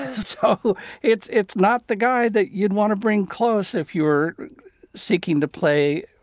so it's it's not the guy that you'd want to bring close if you were seeking to play